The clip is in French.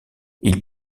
ils